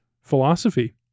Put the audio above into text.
philosophy